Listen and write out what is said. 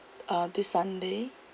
uh this sunday